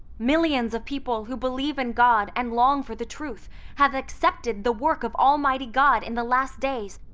millions of people who believe in god and long for the truth have accepted the work of almighty god in the last days,